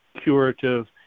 curative